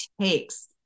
takes